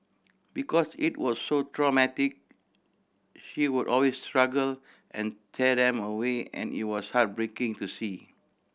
because it was so traumatic she would always struggle and tear them away and it was heartbreaking to see